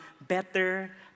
better